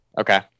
Okay